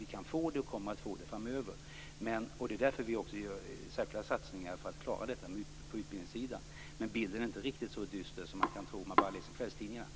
Vi kan få det och kommer att få det framöver, och det är därför vi också gör särskilda satsningar för att klara detta på utbildningssidan. Men bilden är inte riktigt så dyster som man kan tro om man bara läser kvällstidningarna.